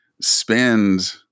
spend